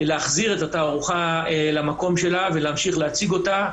הזו להציג אותה תוך